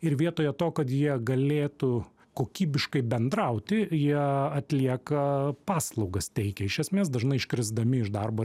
ir vietoje to kad jie galėtų kokybiškai bendrauti jie atlieka paslaugas teikia iš esmės dažnai iškrisdami iš darbo